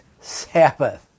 Sabbath